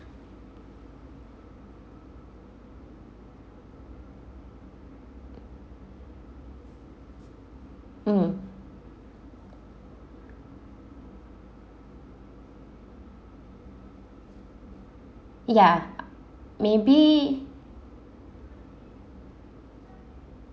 mm ya maybe